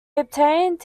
obtained